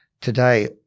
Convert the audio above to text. today